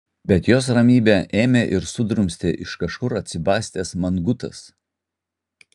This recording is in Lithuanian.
bet jos ramybę ėmė ir sudrumstė iš kažkur atsibastęs mangutas